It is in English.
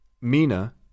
Mina